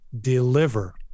deliver